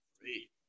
three